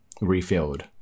refilled